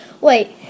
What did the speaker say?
Wait